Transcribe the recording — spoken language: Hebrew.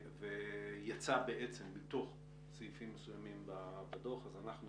ויצא בעצם בתוך סעיפים מסוימים בדוח, אז אנחנו